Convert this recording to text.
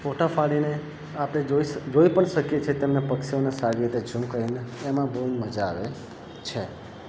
ફોટા પાડીને આપણે જોઈ પણ શકીએ છીએ તેમને પક્ષીઓને સારી રીતે ઝુમ કરીને એમાં બહુ મજા આવે છે